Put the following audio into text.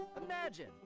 Imagine